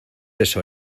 eso